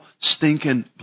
stinking